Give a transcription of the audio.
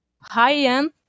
high-end